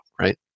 Right